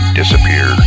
disappear